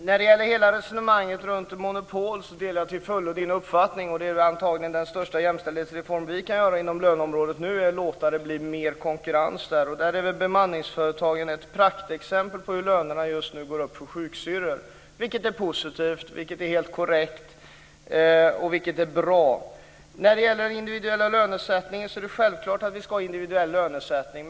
Fru talman! När det gäller resonemanget om monopol delar jag till fullo Kent Olssons uppfattning. Den antagligen största jämställdhetsreform vi kan göra inom löneområdet är att låta det bli mer konkurrens. Där är bemanningsföretagen ett praktexempel på hur lönerna nu går upp för sjuksystrar, vilket är positivt, korrekt och bra. Det är självklart att vi ska ha individuell lönesättning.